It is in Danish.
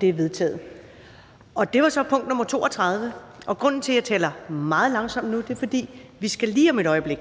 Det er vedtaget. Det var så punkt nr. 32, og grunden til, at jeg taler meget langsomt nu, er, at vi lige om et øjeblik